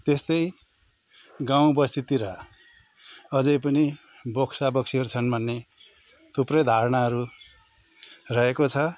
त्यस्तै गाउँ बस्तीतिर अझ पनि बोक्सा बोक्सीहरू छन् भन्ने थुप्रै धारणाहरू रहेको छ